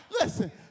Listen